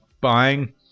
buying